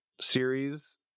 series